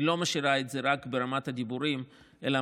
היא לא משאירה את זה רק ברמת הדיבורים אלא